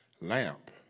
lamp